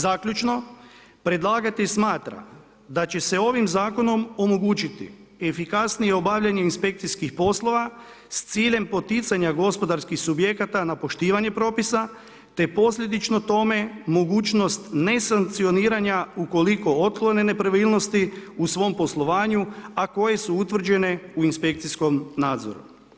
Zaključno, predlagatelj smatra da će se ovim zakonom omogućiti efikasnije obavljanje inspekcijskih poslova s ciljem poticanja gospodarskih subjekata na poštivanje propisa te posljedično tome, mogućnost nesankcioniranja ukoliko otklone nepravilnosti u svom poslovanju a koje su utvrđene u inspekcijskom nadzoru.